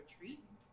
retreats